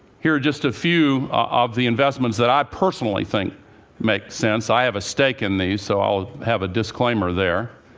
here are just a few of the investments that i personally think make sense. i have a stake in these, so i'll have a disclaimer there.